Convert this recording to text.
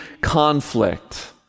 conflict